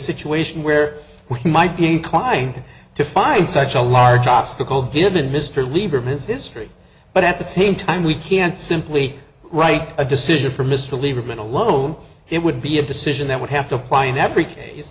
situation where we might be inclined to find such a large obstacle given mr lieberman's history but at the same time we can't simply write a decision for mr lieberman alone it would be a decision that would have to apply in every